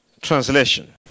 translation